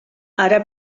ara